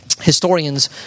historians